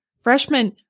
Freshman